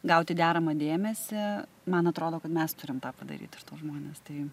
gauti deramą dėmesį man atrodo kad mes turim tą padaryti už tuos žmones tai